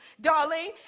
darling